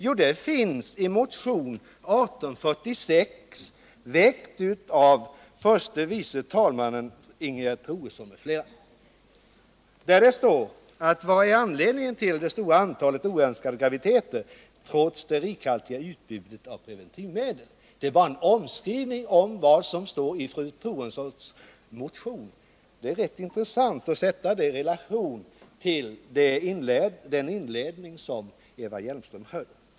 Jo, den finns i motionen 1846, väckt av förste vice talmannen Ingegerd Troedsson m.fl., där det står: ”Vad är anledningen till det stora antalet oönskade graviditeter, trots det rikhaltiga utbudet av preventivmedel?” Det är alltså bara fråga om en omskrivning av vad som står i fru Troedssons motion. Det är rätt intressant att sätta det i relation till den inledning som Eva Hjelmström höll.